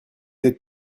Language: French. êtes